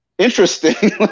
Interesting